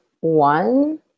one